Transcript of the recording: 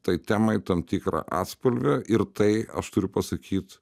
tai temai tam tikrą atspalvį ir tai aš turiu pasakyt